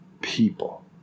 people